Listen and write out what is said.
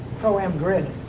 pro am grid?